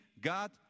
God